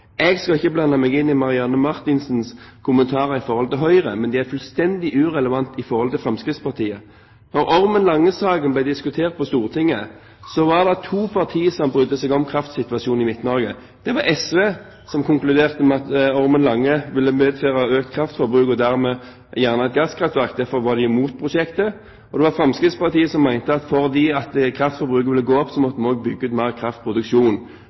Jeg skal ikke blande meg inn i Marianne Marthinsens kommentarer til Høyre, men de er fullstendig irrelevante når det gjelder Fremskrittspartiet. Da Ormen Lange-saken ble diskutert på Stortinget, var det to partier som brydde seg om kraftsituasjonen i Midt-Norge. Det var SV, som konkluderte med at Ormen Lange ville medføre økt kraftforbruk og dermed gjerne et gasskraftverk – derfor var de imot prosjektet – og det var Fremskrittspartiet, som mente at fordi kraftforbruket ville gå opp, måtte vi også bygge ut mer kraftproduksjon.